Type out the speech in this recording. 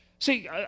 See